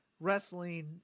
wrestling